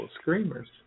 Screamers